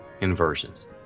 inversions